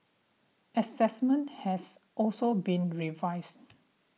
assessment has also been revised